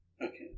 Okay